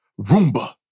Roomba